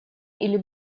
или